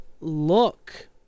look